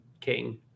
king